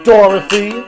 Dorothy